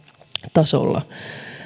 tasolla